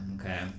okay